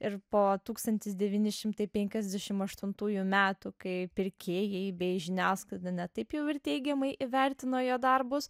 ir po tūkstantis devyni šimtai penkiasdešim aštuntųjų metų kai pirkėjai bei žiniasklaida ne taip jau ir teigiamai įvertino jo darbus